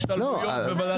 השתלמויות בוועדת קליטה.